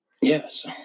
Yes